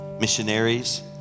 missionaries